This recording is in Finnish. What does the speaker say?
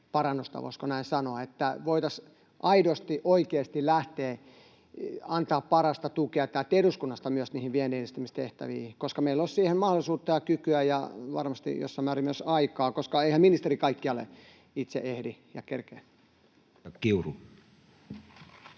voisiko näin sanoa, että voitaisiin aidosti, oikeasti lähteä ja antaa parasta tukea täältä eduskunnasta myös niihin viennin edistämistehtäviin, koska meillä olisi siihen mahdollisuutta ja kykyä ja varmasti jossain määrin myös aikaa, koska eihän ministeri kaikkialle itse ehdi ja kerkeä. [Speech